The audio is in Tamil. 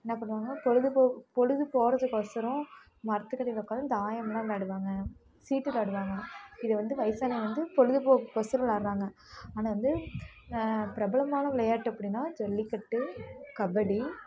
என்ன பண்ணுவாங்க பொழுதுபோ பொழுது போகிறதுக்கோசரம் மரத்துக்கு அடியில் உட்காந்து தாயமெல்லாம் விளாடுவாங்க சீட்டு விளாடுவாங்க இதை வந்து வயதானவங்க வந்து பொழுதுபோக்குக்கோசரம் விளாடுறாங்க ஆனால் வந்து பிரபலமான விளையாட்டு அப்படின்னா ஜல்லிக்கட்டு கபடி